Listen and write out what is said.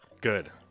good